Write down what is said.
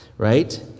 right